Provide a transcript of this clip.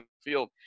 field